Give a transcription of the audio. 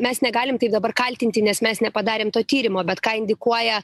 mes negalim tai dabar kaltinti nes mes nepadarėm to tyrimo bet ką indikuoja